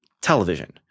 television